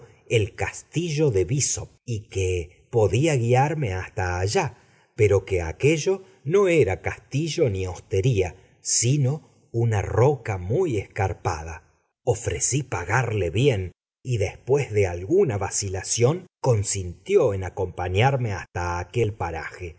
el castillo de bessop y que podía guiarme hasta allá pero que aquello no era castillo ni hostería sino una roca muy escarpada ofrecí pagarle bien y después de alguna vacilación consintió en acompañarme hasta aquel paraje